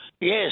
Yes